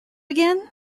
again